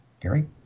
Gary